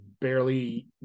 barely